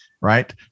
right